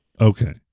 Okay